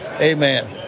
Amen